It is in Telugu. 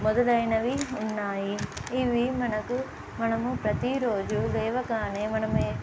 మొదలైనవి ఉన్నాయి ఇవి మనకు మనము ప్రతిరోజు లేవగానే మనమే